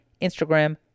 Instagram